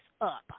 up